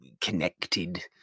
connected